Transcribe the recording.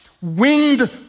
winged